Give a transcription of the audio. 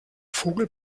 vogel